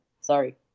Sorry